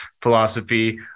philosophy